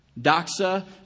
doxa